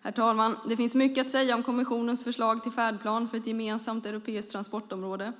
Herr talman! Det finns mycket att säga om kommissionens förslag till färdplan för ett gemensamt europeiskt transportområde.